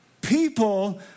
people